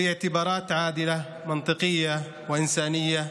(אומר דברים בשפה הערבית, להלן תרגומם: